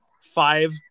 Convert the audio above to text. five